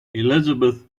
elizabeth